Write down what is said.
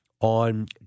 on